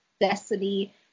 destiny